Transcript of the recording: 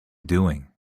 doing